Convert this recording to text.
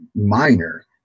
minor